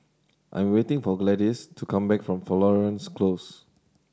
I am waiting for Gladys to come back from Florence Close